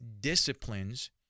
disciplines